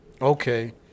Okay